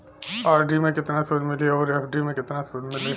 RD मे केतना सूद मिली आउर एफ.डी मे केतना सूद मिली?